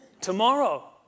tomorrow